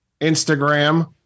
instagram